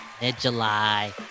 mid-July